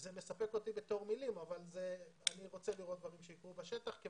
זה מספק אותי כמילים אבל אני רוצה לראות דברים קורים בשטח.